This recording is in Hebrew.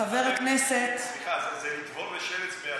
חבר הכנסת, סליחה, זה לטבול ושרץ בידך.